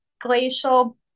glacial